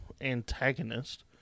antagonist